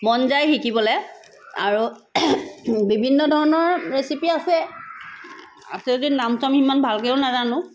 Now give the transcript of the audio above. মন যায় শিকিবলৈ আৰু বিভিন্ন ধৰণৰ ৰেচিপি আছে আছে যদি নাম চাম সিমান ভালকেও নাজানো